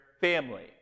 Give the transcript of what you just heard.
family